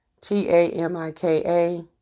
T-A-M-I-K-A